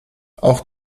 auch